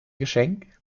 geschenk